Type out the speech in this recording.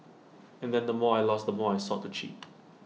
and then the more I lost the more I sought to cheat